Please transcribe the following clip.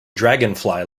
dragonfly